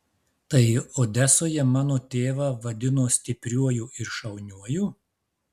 tai odesoje mano tėvą vadino stipriuoju ir šauniuoju